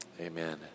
Amen